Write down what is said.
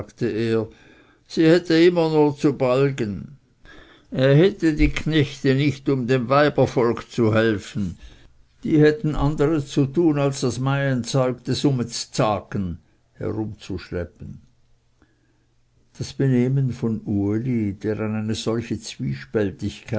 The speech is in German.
sie hätte immer nur zu balgen er hätte die knechte nicht um dem weibervolk zu helfen die hatten anderes zu tun als das meienzeug desumz'zaaggen das benehmen von uli der an eine solche zwiespältigkeit